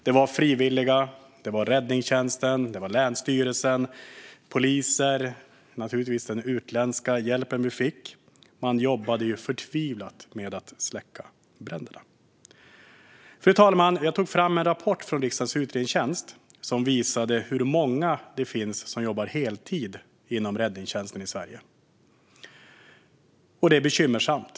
Det var frivilliga, det var räddningstjänsten, det var länsstyrelsen, poliser och naturligtvis den utländska hjälpen vi fick. Man jobbade förtvivlat med att släcka bränderna. Fru talman! Jag tog fram en rapport från riksdagens utredningstjänst som visar hur många det är som jobbar heltid inom räddningstjänsten i Sverige. Det är bekymmersamt.